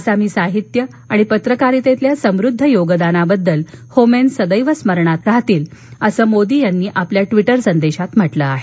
आसामी साहित्य आणि पत्रकारितेमधील समृद्ध योगदानाबद्दल होमेन सदैव स्मरणात राहतील असं त्यांनी एका ट्विट संदेशात म्हटलं आहे